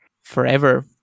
forever